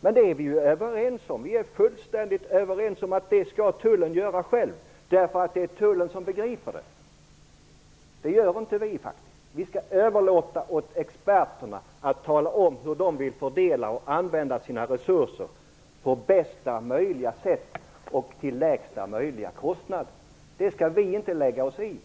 Men vi är fullständigt överens om att tullen skall göra den saken själv. Det är tullen som begriper det, men det gör inte vi. Vi skall överlåta åt experterna att tala om hur de vill fördela och använda sina resurser på bästa möjliga sätt och till lägsta möjliga kostnad. Det skall vi inte lägga oss i.